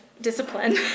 discipline